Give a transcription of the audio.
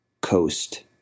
Coast